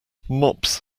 mops